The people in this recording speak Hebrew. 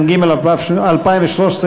התשע"ג 2013,